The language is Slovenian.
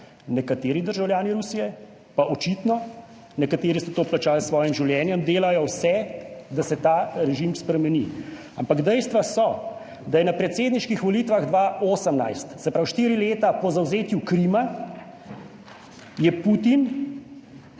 Nekateri državljani Rusije pa očitno, nekateri so to plačali s svojim življenjem, delajo vse, da se ta režim spremeni. Ampak dejstva so, da je na predsedniških volitvah 2018, se pravi štiri leta po zavzetju Krima, je Putin,